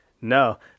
No